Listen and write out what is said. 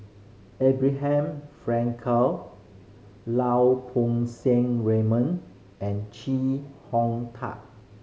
Abraham Frankel Lau Poo Seng Raymond and Chee Hong Tat